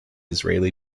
israeli